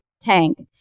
tank